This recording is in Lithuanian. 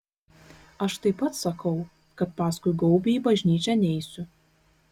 aš taip pat sakau kad paskui gaubį į bažnyčią neisiu